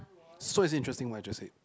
so is it interesting what I just said